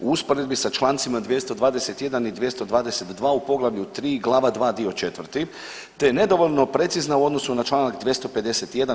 U usporedbi sa Člancima 221. i 222. u Poglavlju 3, Glava 2, dio 4 te je nedovoljno precizna u odnosu na Članak 251.